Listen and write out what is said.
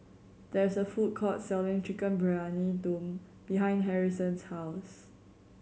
there is a food court selling Chicken Briyani Dum behind Harrison's house